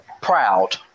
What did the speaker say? proud